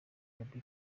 gaby